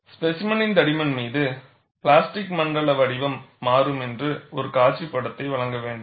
ஸ்பேசிமெனின் தடிமன் மீது பிளாஸ்டிக் மண்டல வடிவம் மாறும் என்று ஒரு காட்சி படத்தை வழங்க வேண்டும்